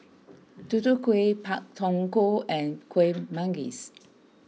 Tutu Kueh Pak Thong Ko and Kueh Manggis